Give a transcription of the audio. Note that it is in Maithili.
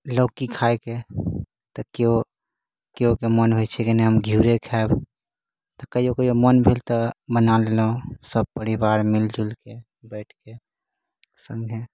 लौकी खायके तऽ कियो कियो के मोन होइ छै कि नहि हम घ्युरे खायब तऽ कहियो कहियो मन भेल तऽ बना लेलहुॅं सब परिवार मिल जुलि के बैठके संगे